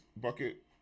bucket